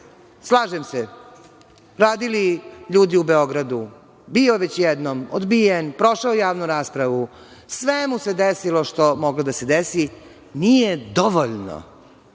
slažem se, radili ljudi u Beogradu, bio već jednom, odbijen, prošao javnu raspravu, sve mu se desilo što je moglo da mu se desi, nije dovoljno